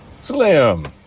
Slim